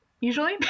usually